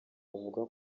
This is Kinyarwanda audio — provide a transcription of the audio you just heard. bavuga